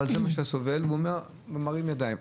הוא מרים ידיים.